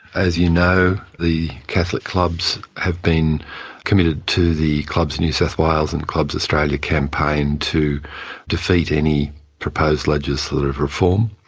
as you know, the catholic clubs have been committed to the clubs new south wales and clubs australia campaign to defeat any proposed legislative reform,